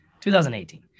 2018